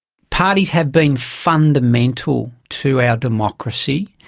parties have been fundamental to our democracy.